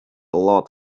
lot